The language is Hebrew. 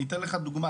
אני אתן לך דוגמה.